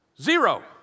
Zero